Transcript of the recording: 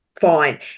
Fine